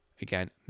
Again